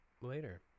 later